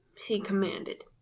she commanded.